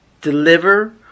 deliver